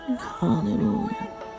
Hallelujah